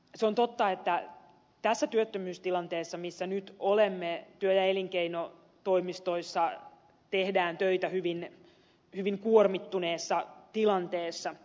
se on totta että tässä työttömyystilanteessa missä nyt olemme työ ja elinkeinotoimistoissa tehdään töitä hyvin kuormittuneessa tilanteessa